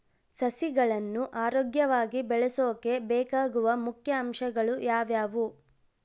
ಸಸಿಗಳನ್ನು ಆರೋಗ್ಯವಾಗಿ ಬೆಳಸೊಕೆ ಬೇಕಾಗುವ ಮುಖ್ಯ ಅಂಶಗಳು ಯಾವವು?